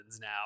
now